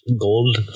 gold